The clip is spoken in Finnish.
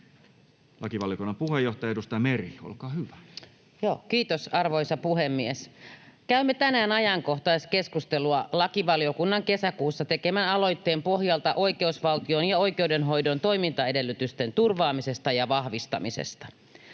turvaamisesta ja vahvistamisesta Time: 17:03 Content: Kiitos, arvoisa puhemies! Käymme tänään ajankohtaiskeskustelua lakivaliokunnan kesäkuussa tekemän aloitteen pohjalta oikeusvaltion ja oikeudenhoidon toimintaedellytysten turvaamisesta ja vahvistamisesta.